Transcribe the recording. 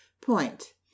Point